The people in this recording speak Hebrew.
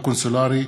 הקונסולרי,